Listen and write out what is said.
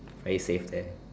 very safe there